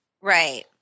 Right